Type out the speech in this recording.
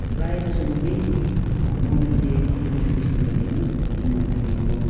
प्रायः जसो म बेसी मबिल चाहिँ किलोमिटर बेसी कुदाउँदिन किन भन्दाखेरि म